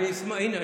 הינה,